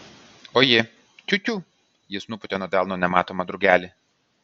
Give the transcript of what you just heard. o ji tiu tiū jis nupūtė nuo delno nematomą drugelį